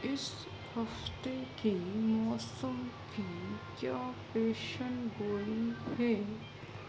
اس ہفتے کی موسم کی کیا پیشن گوئی ہے